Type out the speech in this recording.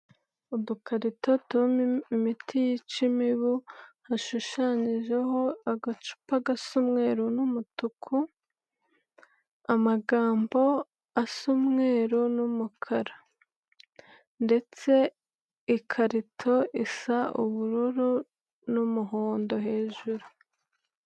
Udukarito turimo imiti yica imibu, hashushanyijeho agacupa gasa umweru n'umutuku, amagambo asa umweru n'umukara ndetse ikarito isa ubururu n'umuhondo hejuru.